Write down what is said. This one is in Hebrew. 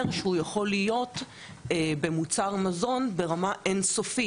שהוא יכול להיות במוצר מזון ברמה אין-סופית.